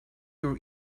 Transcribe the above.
your